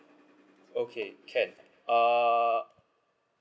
okay can uh